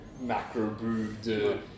macro-brewed